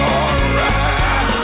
alright